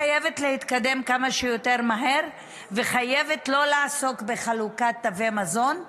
חייבת להתקדם כמה שיותר מהר וחייבת לא לעסוק בחלוקת תווי מזון.